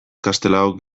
castelaok